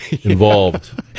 involved